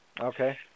Okay